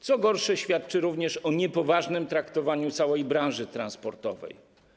Co gorsze, świadczy również o niepoważnym traktowaniu całej branży transportowej.